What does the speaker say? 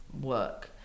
work